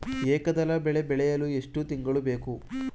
ಏಕದಳ ಬೆಳೆ ಬೆಳೆಯಲು ಎಷ್ಟು ತಿಂಗಳು ಬೇಕು?